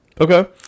Okay